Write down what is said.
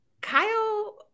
Kyle